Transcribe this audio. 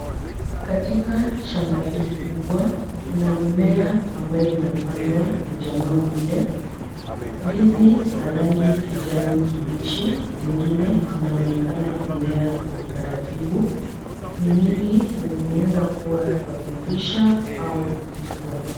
Katika shamba hili kubwa kuna mimea ambayo inapandwa na jamaa ule. Ndizi la rangi kijani kibichi zingine zinaonekana kumea kwa utaratibu. Ni mingi na zinaweza kuwa za kuivisha au kupikwa.